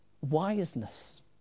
wiseness